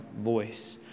voice